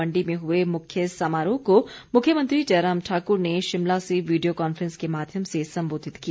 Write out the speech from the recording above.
मंडी में हुए मुख्य समारोह को मुख्यमंत्री जयराम ठाकुर ने शिमला से वीडियो कॉन्फ्रेंस के माध्यम से संबोधित किया